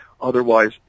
Otherwise